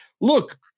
look